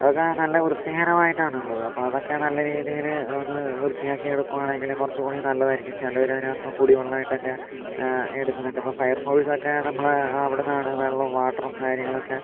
അതൊക്കെ നല്ല വൃത്തി ഹീനമായിട്ടാണ് ഉള്ളത് അപ്പോൾ അതൊക്കെ നല്ലരീതില് ഒന്ന് വൃത്തിയാക്കി എടുക്കുവാണെങ്കില് കുറച്ചു കൂടി നല്ലതായിരിക്കും ചിലവരിത്തിനകത്ത് കുടിവെള്ളായിട്ടൊക്കെ എടുക്കുന്നുണ്ട് ഇപ്പോൾ ഫയർ ഫോഴ്സൊക്കെ നമ്മള് അവിടുന്നാണ് വെള്ളവും വാട്ടറും കാര്യങ്ങളൊക്കെ